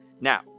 now